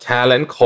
Talent